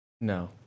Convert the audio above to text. No